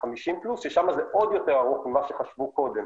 50 פלוס ששם זה עוד יותר ארוך ממה שחשבו קודם.